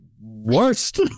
worst